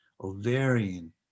ovarian